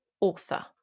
Author